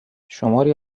شماری